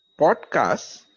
podcasts